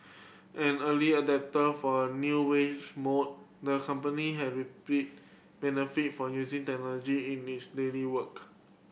an early adopter for the new wage more the company has reaped benefit from using technology in its daily work